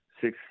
six